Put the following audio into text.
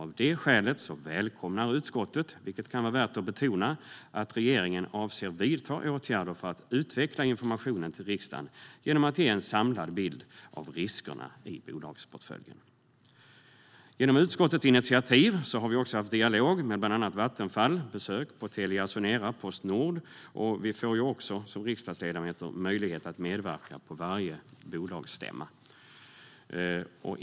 Av det skälet välkomnar utskottet, vilket kan vara värt att betona, att regeringen avser att vidta åtgärder för att utveckla informationen till riksdagen genom att ge en samlad bild av riskerna i bolagsportföljen. Genom utskottets initiativ har vi haft dialog med bland andra Vattenfall och besök på Telia Sonera och Postnord. Som riksdagsledamöter får vi också möjlighet att medverka på varje bolagsstämma.